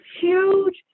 huge